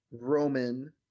Roman